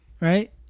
right